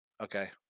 Okay